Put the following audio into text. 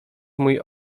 mój